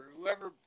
whoever